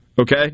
okay